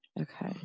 Okay